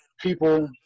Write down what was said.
people